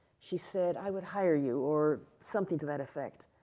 she said, i would hire you, or something to that effect.